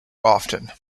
often